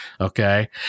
okay